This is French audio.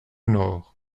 nord